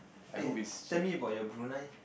eh tell me about your Brunei